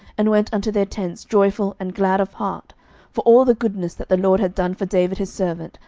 and went unto their tents joyful and glad of heart for all the goodness that the lord had done for david his servant,